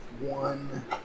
one